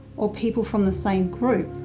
or people from the same group,